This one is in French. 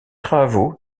travaux